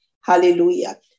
Hallelujah